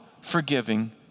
forgiving